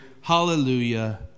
hallelujah